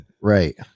right